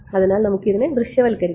അതിനാൽ നമുക്ക് ഇതിനെ ദൃശ്യവൽക്കരിക്കാം